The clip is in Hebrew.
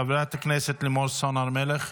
חברת הכנסת לימור סון הר מלך,